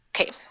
Okay